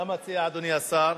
מה מציע אדוני השר?